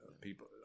people